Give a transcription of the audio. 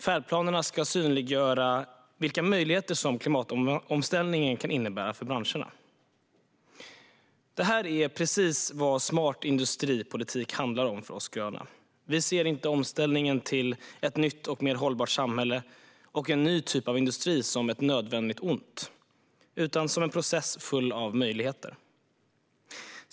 Färdplanerna ska synliggöra vilka möjligheter som klimatomställningen kan innebära för branscherna. Det här är precis vad smart industripolitik handlar om för oss gröna. Vi ser inte omställningen till ett nytt och mer hållbart samhälle och en ny typ av industri som ett nödvändigt ont utan som en process full av möjligheter.